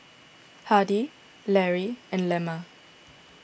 Hardie Larry and Lemma